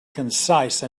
concise